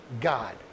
God